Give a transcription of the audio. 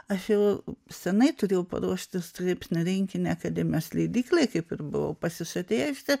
aš jau senai turėjau paruošti straipsnių rinkinį akademijos leidyklai kaip ir buvau pasižadėjusi